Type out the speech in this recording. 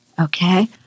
Okay